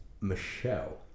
michelle